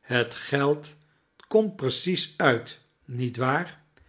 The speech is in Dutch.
het geld komt precies uit niet waar